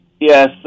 Yes